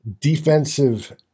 defensive